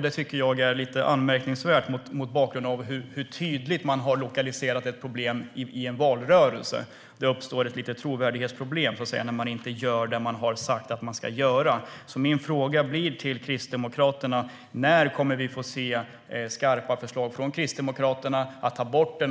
Det tycker jag är lite anmärkningsvärt mot bakgrund av hur tydligt man lokaliserade ett problem i valrörelsen. Det uppstår ett litet trovärdighetsproblem när man inte gör det man har sagt att man ska göra. Min fråga till Kristdemokraterna blir: När kommer vi att få se skarpa förslag från Kristdemokraterna om att ta bort